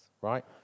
Right